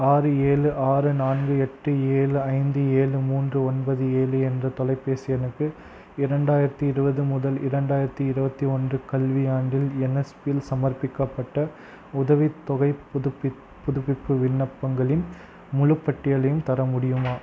ஆறு ஏழு ஆறு நான்கு எட்டு ஏழு ஐந்து ஏழு மூன்று ஒன்பது ஏழு என்ற தொலைபேசி எண்ணுக்கு இரண்டாயிரத்து இருபது முதல் இரண்டாயிரத்து இருபத்தி ஒன்று கல்வியாண்டில் என்எஸ்பி யில் சமர்ப்பிக்கப்பட்ட உதவித்தொகை புதுப்பி புதுப்பிப்பு விண்ணப்பங்களின் முழுப் பட்டியலையும் தர முடியுமா